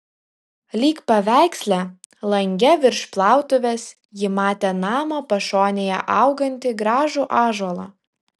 lyg paveiksle lange virš plautuvės ji matė namo pašonėje augantį gražų ąžuolą